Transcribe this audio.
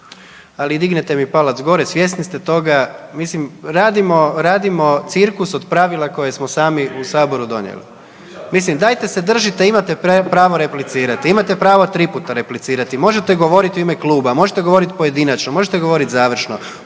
Ali dignete mi palac gore svjesni ste toga, mislim radimo cirkus od pravila koje smo sami u saboru donijeli. Mislim dajte se držite, imate pravo replicirati, imate pravo tri puta replicirati, možete govoriti u ime kluba, možete govoriti pojedinačno, možete govoriti završno